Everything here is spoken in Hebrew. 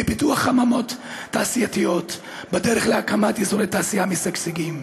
בפיתוח חממות תעשייתיות בדרך להקמת אזורי תעשייה משגשגים.